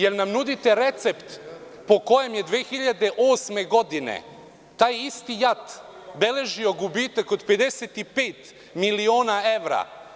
Da li nudite recept po kojem je 2008. godine taj isti JAT beležio gubitak od 55 miliona evra?